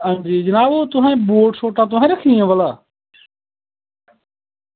जनाब बोट शोटां तुसें रक्खी दियां भला